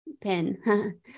pen